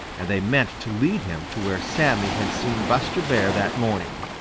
and they meant to lead him to where sammy had seen buster bear that morning.